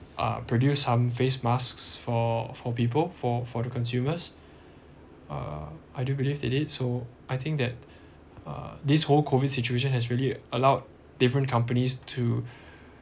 uh produced some face masks for for people for for the consumers uh I do believe it is so I think that uh this whole COVID situation has really allowed different companies to